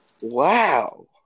Wow